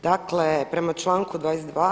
Dakle prema članku 22.